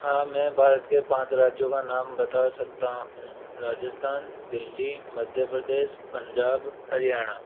हाँ मैं भारत के पाँच राज्यों का नाम बता सकता हूँ राजस्थान दिल्ली मध्य प्रदेश पंजाब हरियाणा